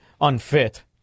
unfit